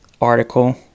article